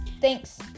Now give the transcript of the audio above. Thanks